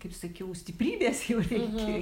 kaip sakiau stiprybės jau reikia